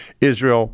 Israel